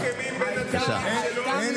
האם יש הסכמים בין הצדדים שלא הוגדרו?